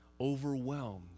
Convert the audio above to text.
overwhelmed